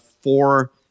four